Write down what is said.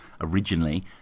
originally